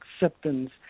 acceptance